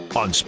on